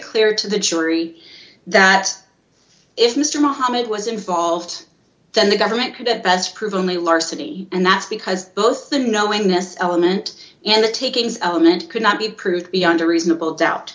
clear to the jury that if mr muhammad was involved then the government could at best prove only larceny and that's because both unknowingness element and the taking element could not be proved beyond a reasonable doubt